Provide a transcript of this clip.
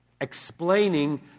explaining